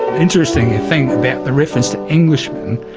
interesting thing about the reference to englishmen,